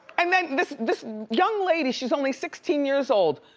and then this this young lady, she's only sixteen years old.